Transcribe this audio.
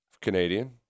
Canadian